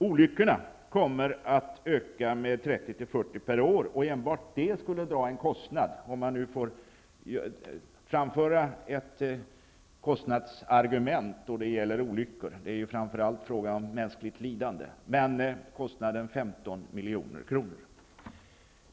Olyckorna skulle öka med 30-40 % per år, vilket enbart i sig skulle innebära en kostnad -- om man nu får framföra ett kostnadsargument när det gäller olyckor. Det är ju framför allt fråga om mänskligt lidande. Kostnaden beräknas sig till 15 milj.kr.